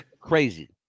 crazy